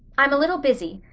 i'm a little busy.